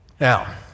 Now